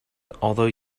although